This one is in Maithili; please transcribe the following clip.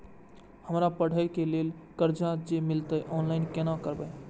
हमरा पढ़े के लेल कर्जा जे मिलते ऑनलाइन केना करबे?